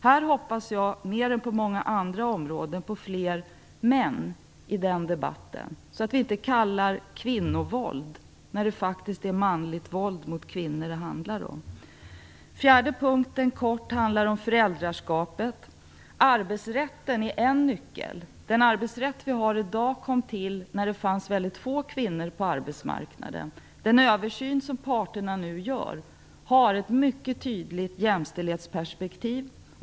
Här, mer än på många andra områden, hoppas jag på fler män i debatten, så att vi inte talar om kvinnovåld när det faktiskt handlar om manligt våld mot kvinnor. Den fjärde punkten handlar om föräldraskapet. Arbetsrätten är en nyckel. Den arbetsrätt som vi i dag har kom till då det fanns väldigt få kvinnor på arbetsmarknaden. Den översyn som parterna nu gör har ett mycket tydligt jämställdhetsperspektiv.